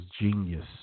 genius